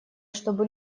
чтобы